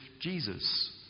Jesus